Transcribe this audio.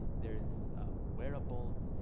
there is wearables.